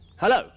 Hello